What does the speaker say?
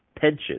pensions